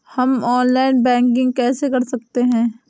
हम online banking कैसे कर सकते हैं?